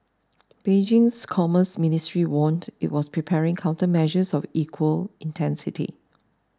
Beijing's commerce ministry warned it was preparing countermeasures of equal intensity